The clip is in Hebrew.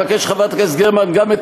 ואני מבקש מחברת הכנסת גרמן גם את